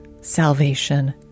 salvation